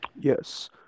yes